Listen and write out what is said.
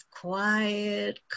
quiet